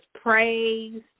praise